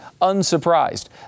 unsurprised